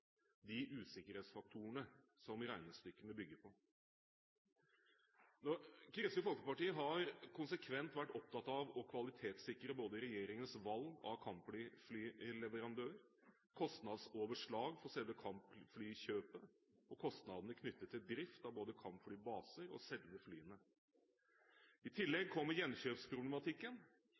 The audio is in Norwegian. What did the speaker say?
de usikkerhetsfaktorene som regnestykkene bygger på. Kristelig Folkeparti har konsekvent vært opptatt av å kvalitetssikre både regjeringens valg av kampflyleverandør, kostnadsoverslag for selve kampflykjøpet og kostnadene knyttet til drift av både kampflybaser og selve flyene. I tillegg kommer gjenkjøpsproblematikken.